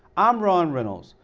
i'm ron reynolds,